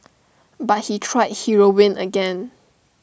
but he tried heroin again